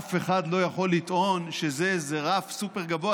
אף אחד לא יכול לטעון שזה איזה רף סופר-גבוה.